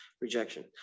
rejection